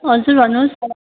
हजुर भन्नुहोस्